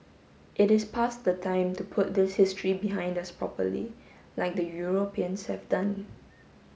it is past the time to put this history behind us properly like the Europeans have done